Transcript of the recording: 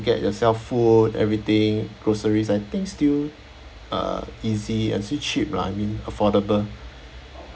get yourself food everything groceries I think still uh easy and still cheap lah I mean affordable